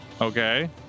Okay